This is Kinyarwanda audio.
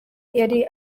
yari